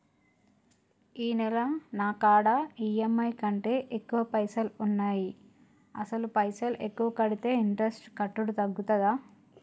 ఈ నెల నా కాడా ఈ.ఎమ్.ఐ కంటే ఎక్కువ పైసల్ ఉన్నాయి అసలు పైసల్ ఎక్కువ కడితే ఇంట్రెస్ట్ కట్టుడు తగ్గుతదా?